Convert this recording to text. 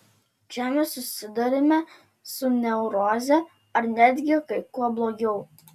čia mes susiduriame su neuroze ar netgi kai kuo blogiau